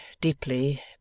deeply